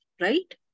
Right